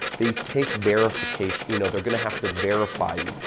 they take verification, you know they're gonna have to verify you.